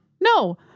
no